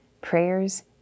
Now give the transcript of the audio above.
prayers